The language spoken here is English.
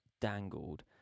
dangled